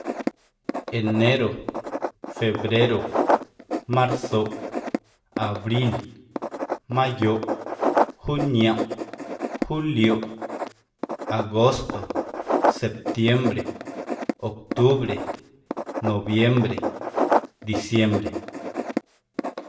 Enero, febrero, marzoꞌ, abril, mayoꞌ, junioꞌ, julioꞌ, agosto, septiembre, octubre, noviembre, diciembre.